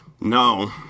No